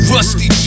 Rusty